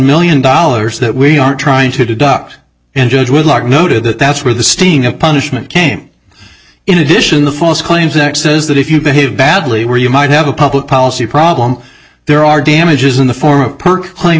million dollars that we are trying to deduct and judge would like noted that that's where the sting of punishment came in addition the false claims act says that if you behave badly where you might have a public policy problem there are damages in the form of perc claim